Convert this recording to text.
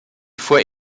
fois